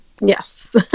yes